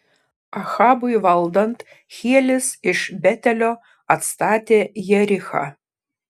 ahabui valdant hielis iš betelio atstatė jerichą